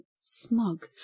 smug